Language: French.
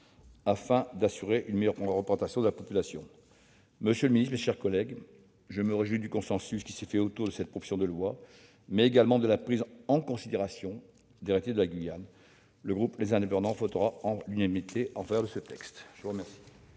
afin d'assurer une meilleure représentation de la population. Monsieur le ministre, mes chers collègues, je me réjouis du consensus qui s'est fait autour de cette proposition de loi, mais également de la prise en considération des réalités de la Guyane. Le groupe Les Indépendants votera à l'unanimité en faveur de ce texte. La parole